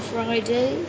Friday